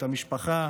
את המשפחה,